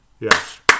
Yes